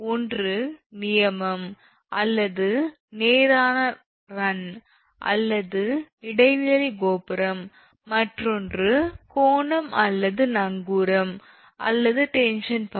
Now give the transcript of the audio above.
ஒன்று நியமம் அல்லது நேரான ரன் அல்லது இடைநிலை கோபுரம் மற்றொன்று கோணம் அல்லது நங்கூரம் அல்லது டென்ஷன் டவர்